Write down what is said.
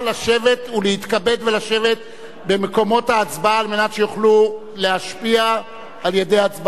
להתכבד ולשבת במקומות ההצבעה כדי שיוכלו להשפיע בהצבעתם.